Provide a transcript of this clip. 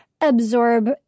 absorb